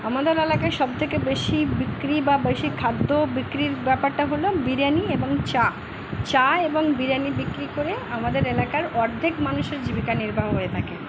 আমাদের এলাকায় সবথেকে বেশি বিক্রি বা বেশি খাদ্য বিক্রির ব্যাপারটা হলো বিরিয়ানি এবং চা চা এবং বিরিয়ানি বিক্রি করে আমাদের এলাকার অর্ধেক মানুষের জীবিকা নির্বাহ হয়ে থাকে